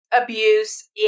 Abuse